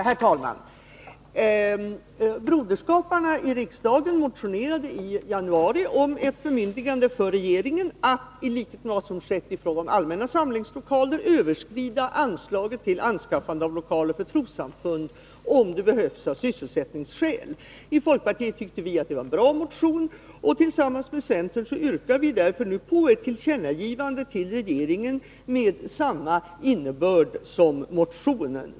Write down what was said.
Herr talman! Broderskaparna i riksdagen motionerade i januari om ett bemyndigande för regeringen att — i likhet med vad som har skett i fråga om allmänna samlingslokaler — överskrida anslaget till anskaffande av lokaler för trossamfund, om det behövs av sysselsättningsskäl. I folkpartiet tycker vi att detta är en bra motion. Tillsammans med centern yrkar vi därför på ett tillkännagivande till regeringen av samma innebörd som motionen.